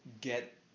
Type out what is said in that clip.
get